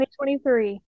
2023